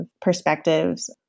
perspectives